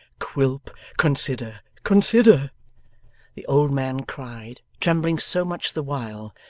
quilp, consider, consider the old man cried, trembling so much the while,